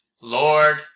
Lord